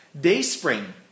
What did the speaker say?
Dayspring